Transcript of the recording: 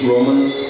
Romans